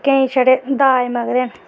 केईं छड़े दाज मंगदे न